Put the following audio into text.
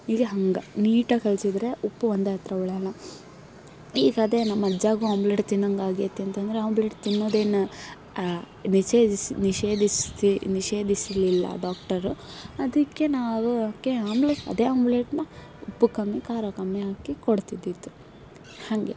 ಹೀಗೆ ಹಂಗೆ ನೀಟಾಗಿ ಕಲಸಿದ್ರೆ ಉಪ್ಪು ಒಂದೇ ಹತ್ತಿರ ಉಳಿಯೋಲ್ಲ ಈಗದೇ ನಮ್ಮ ಅಜ್ಜಾಗೂ ಆಮ್ಲೆಟ್ ತಿನ್ನೋಂಗಾಗೈತೆ ಅಂತ ಅಂದ್ರೆ ಆಮ್ಲೆಟ್ ತಿನ್ನೋದೇನ ನಿಷೇಧಿಸಿ ನಿಷೇಧಿಸಿ ನಿಷೇಧಿಸಲಿಲ್ಲ ಡಾಕ್ಟರು ಅದಕ್ಕೆ ನಾವು ಕೆ ಆಮ್ಲೇಟ್ ಅದೇ ಆಮ್ಲೇಟ್ನ ಉಪ್ಪು ಕಮ್ಮಿ ಖಾರ ಕಮ್ಮಿ ಹಾಕಿ ಕೊಡ್ತಿದ್ದಿದ್ದು ಹಾಗೆ